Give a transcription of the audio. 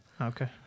Okay